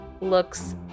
looks